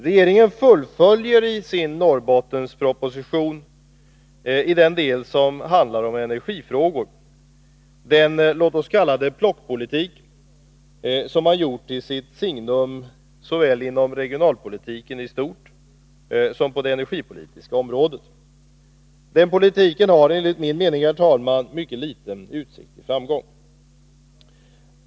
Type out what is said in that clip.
Regeringen fullföljer i sin Norrbottensproposition, i den del som handlar om energifrågor, den låt oss kalla det plockpolitik som man gjort till sitt signum såväl inom regionalpolitiken i stort som på det energipolitiska området. Den politiken har enligt min mening, herr talman, mycket liten utsikt till framgång.